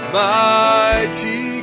mighty